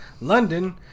London